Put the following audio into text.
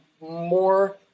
more